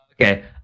Okay